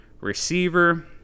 Receiver